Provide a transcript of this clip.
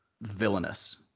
villainous